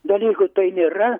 dalyko tai nėra